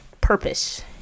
purpose